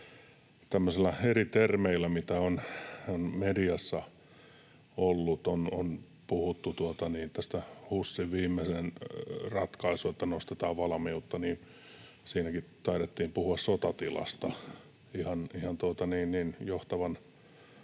tämmöisillä eri termeillä, mitä on mediassa ollut. On puhuttu tästä HUSin viimeisimmästä ratkaisusta, että nostetaan valmiutta. Siinäkin taidettiin puhua sotatilasta ihan johtavan